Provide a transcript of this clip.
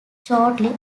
shortly